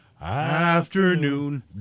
afternoon